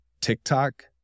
TikTok